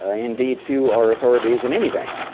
ah indeed few are authorities in anything.